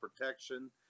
protection